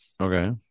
Okay